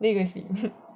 then you go and sleep